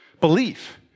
Belief